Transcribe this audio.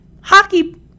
hockey